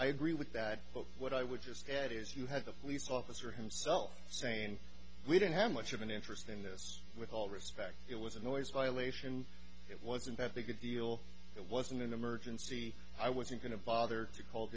i agree with that but what i would just add is you had a police officer himself saying we didn't have much of an interest in this with all respect it was a noise violation it wasn't that big a deal it wasn't an emergency i wasn't going to bother to c